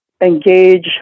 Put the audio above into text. engage